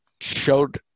showed